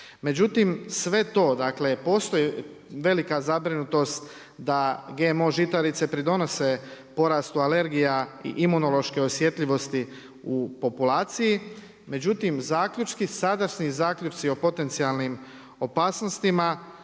Međutim, sve to, dakle postoji velika zabrinutost, da GMO žitarice pridonose porastu alergija i imunološke osjetljivosti u populaciji, međutim, zaključci, sadašnji zaključci o potencijalnim opasnostima,